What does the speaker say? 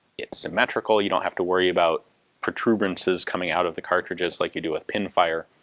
it's symmetrical, you don't have to worry about protuberances coming out of the cartridges like you do with pinfire.